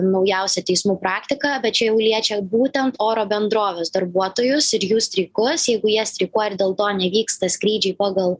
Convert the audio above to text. naujausia teismų praktika bet čia jau liečia būtent oro bendrovės darbuotojus ir jų streikus jeigu jie streikuoja ir dėl to nevyksta skrydžiai pagal